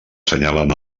assenyalen